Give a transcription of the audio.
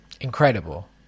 Incredible